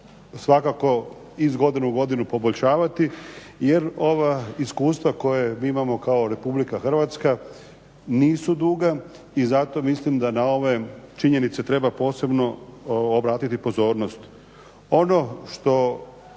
svakako iz godine u godinu poboljšavati jer ova iskustva mi imamo kao RH nisu duga i zato mislim da na ove činjenice treba posebno obratiti pozornost. Ono što